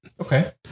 Okay